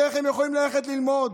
איך הם יכולים ללכת ללמוד?